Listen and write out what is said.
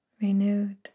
renewed